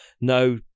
no